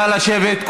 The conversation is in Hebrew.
נא לשבת.